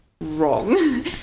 wrong